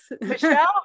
Michelle